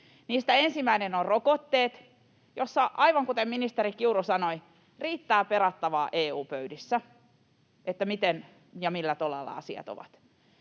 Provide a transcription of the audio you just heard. Niistä ensimmäinen on rokotteet, joissa, aivan kuten ministeri Kiuru sanoi, riittää perattavaa EU-pöydissä siinä, miten ja millä tolalla asiat ovat.